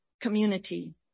community